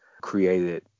created